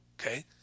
okay